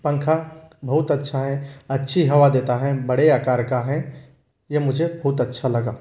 पंखा बहुत अच्छा है अच्छी हवा देता है बडे आकार का है ये मुझे बहुत अच्छा लगा